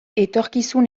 etorkizun